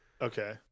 Okay